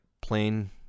plain